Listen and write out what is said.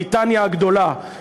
בריטניה הגדולה,